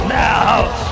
now